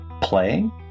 playing